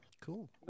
Cool